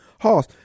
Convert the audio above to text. Hoss